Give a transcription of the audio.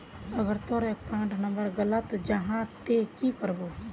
अगर तोर account number गलत जाहा ते की करबो?